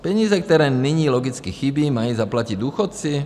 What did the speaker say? Peníze, které nyní logicky chybí, mají zaplatit důchodci?